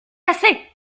cassée